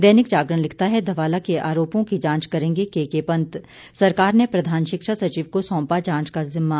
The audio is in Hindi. दैनिक जागरण लिखता है धवाला के आरोपों की जांच करेंगे केके पंत सरकार ने प्रधान शिक्षा सचिव को सौंपा जांच का जिम्मा